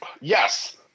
Yes